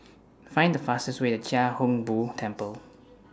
Find The fastest Way to Chia Hung Boo Temple